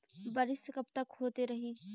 बरिस कबतक होते रही?